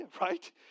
right